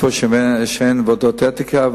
איפה אין ועדות אתיקה,